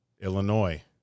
Illinois